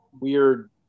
weird